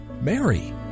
Mary